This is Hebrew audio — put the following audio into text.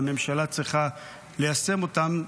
והממשלה צריכה ליישם אותם,